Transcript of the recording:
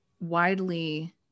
widely